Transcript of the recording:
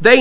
they